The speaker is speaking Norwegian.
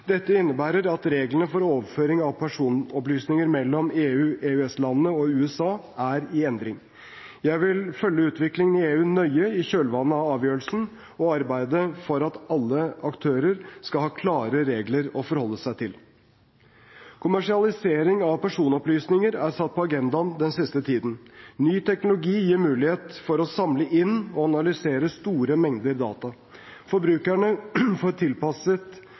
Dette innebærer at reglene for overføring av personopplysninger mellom EU/EØS-landene og USA er i endring. Jeg vil følge utviklingen i EU nøye i kjølvannet av avgjørelsen og arbeide for at alle aktører skal ha klare regler å forholde seg til. Kommersialisering av personopplysninger er satt på agendaen den siste tiden. Ny teknologi gir mulighet for å samle inn og analysere store mengder data. Forbrukerne får